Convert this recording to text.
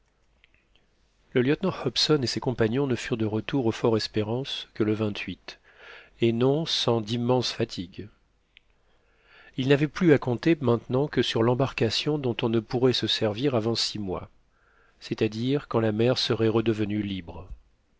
le lieutenant hobson et ses compagnons ne furent de retour au fort espérance que le et non sans d'immenses fatigues ils n'avaient plus à compter maintenant que sur l'embarcation dont on ne pourrait se servir avant six mois c'est-à-dire quand la mer serait redevenue libre